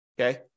Okay